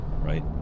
Right